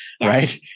right